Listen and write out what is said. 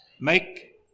make